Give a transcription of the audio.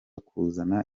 kuzana